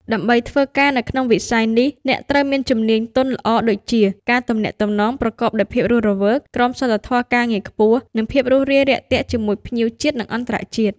ដើម្បីធ្វើការនៅក្នុងវិស័យនេះ អ្នកត្រូវមានជំនាញទន់ល្អដូចជា ការទំនាក់ទំនងប្រកបដោយភាពរស់រវើក ក្រមសីលធម៌ការងារខ្ពស់ និងភាពរួសរាយរាក់ទាក់ជាមួយភ្ញៀវជាតិនិងអន្តរជាតិ។